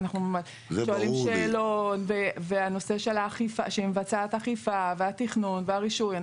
אנחנו שואלים שאלות והנושא שהיא מבצעת אכיפה והתכנון והרישוי.